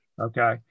Okay